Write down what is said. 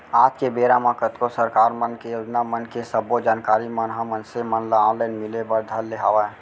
आज के बेरा म कतको सरकार मन के योजना मन के सब्बो जानकारी मन ह मनसे मन ल ऑनलाइन मिले बर धर ले हवय